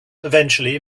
eventually